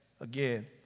again